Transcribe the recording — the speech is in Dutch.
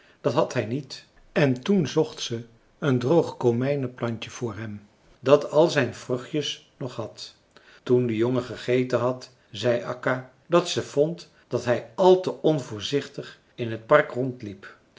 dat had hij niet en toen zocht ze een droog komijnenplantje voor hem dat al zijn vruchtjes nog had toen de jongen gegeten had zei akka dat ze vond dat hij al te onvoorzichtig in het park rondliep